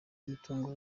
y’umutungo